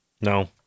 no